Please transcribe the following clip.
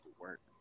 work